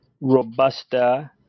Robusta